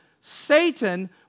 Satan